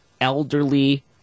elderly